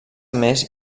més